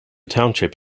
township